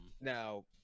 Now